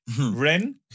Ren